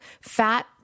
fat